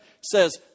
says